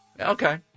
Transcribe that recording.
Okay